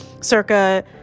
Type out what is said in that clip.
circa